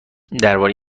درباره